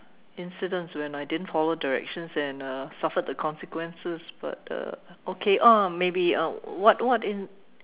incidents when I didn't follow directions and uh suffered the consequences but uh okay uh maybe uh what what in